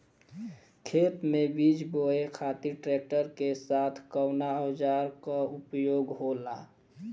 खेत में बीज बोए खातिर ट्रैक्टर के साथ कउना औजार क उपयोग होला?